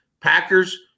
Packers